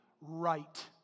right